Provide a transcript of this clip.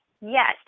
Yes